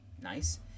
Nice